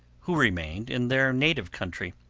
who remained in their native country